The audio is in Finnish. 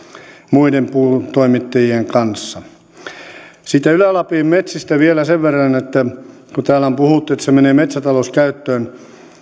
muiden puutoimittajien kanssa sitten ylä lapin metsistä vielä sen verran kun täällä on puhuttu että se menee metsätalouskäyttöön